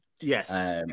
Yes